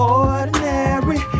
ordinary